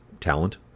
talent